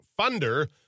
funder